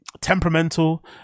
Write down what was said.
temperamental